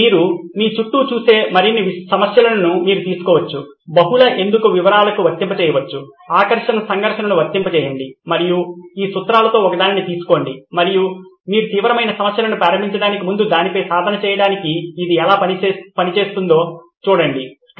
కాబట్టి మీరు మీ చుట్టూ చూసే మరిన్ని సమస్యలను మీరు తీసుకోవచ్చు బహుళ ఎందుకు వివరాలకు వర్తింపజేయవచ్చు ఆసక్తి సంఘర్షణను వర్తింపజేయండి మరియు ఈ సూత్రాలలో ఒకదాన్ని తీసుకోండి మరియు మీరు తీవ్రమైన సమస్యలను ప్రారంభించడానికి ముందు దానిపై సాధన చేయడానికి ఇది ఎలా పనిచేస్తుందో చూడండి